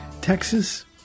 Texas